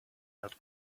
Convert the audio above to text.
and